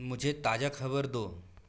मुझे ताज़ा खबर दो